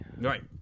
Right